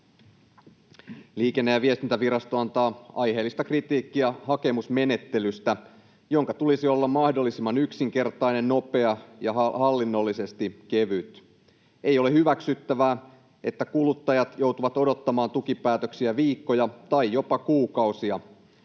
Liikenne- ja viestintävirasto antaa aiheellista kritiikkiä hakemusmenettelystä, jonka tulisi olla mahdollisimman yksinkertainen, nopea ja hallinnollisesti kevyt. Ei ole hyväksyttävää, että kuluttajat joutuvat odottamaan tukipäätöksiä viikkoja tai jopa kuukausia.